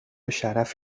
شرف